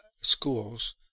schools